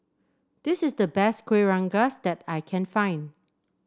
this is the best Kuih Rengas that I can find